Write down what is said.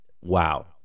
wow